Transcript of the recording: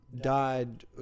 Died